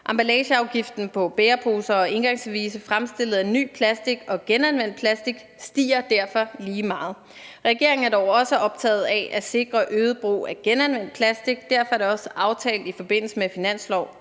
Emballageafgiften på bæreposer og engangsservice fremstillet af ny plastik og genanvendt plastik stiger derfor lige meget. Regeringen er dog også optaget af at sikre øget brug at genanvendt plastik, og derfor er det også aftalt i forbindelse med finansloven